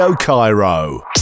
Cairo